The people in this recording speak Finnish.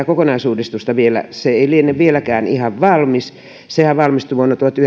kokonaisuudistus ei liene vieläkään ihan valmis edellinenhän valmistui vuonna tuhatyhdeksänsataayhdeksänkymmentäyksi elikkä